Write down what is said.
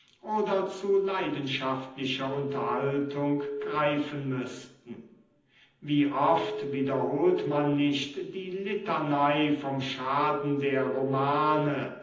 oder zu leidenschaftlicher unterhaltung greifen müßten wie oft wiederholt man nicht die litanei vom schaden der romane